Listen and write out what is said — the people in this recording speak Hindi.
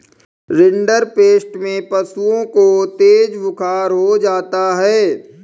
रिंडरपेस्ट में पशुओं को तेज बुखार हो जाता है